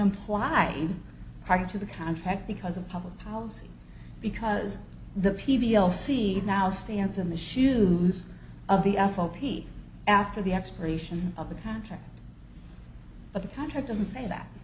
implied party to the contract because of public policy because the p v l c now stands in the shoes of the fop after the expiration of the contract but the contract doesn't say that